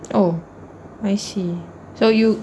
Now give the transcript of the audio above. oh I see so you